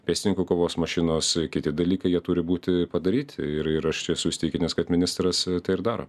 pėstininkų kovos mašinos kiti dalykai jie turi būti padaryti ir ir aš esu įsitikinęs kad ministras tai ir daro